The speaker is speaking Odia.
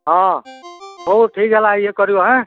ହଁ ହଉ ଠିକ୍ ହେଲା ଇଏ କରିବ ହେଁ